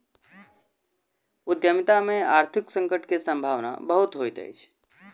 उद्यमिता में आर्थिक संकट के सम्भावना बहुत होइत अछि